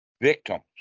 victims